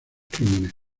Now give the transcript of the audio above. crímenes